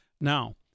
Now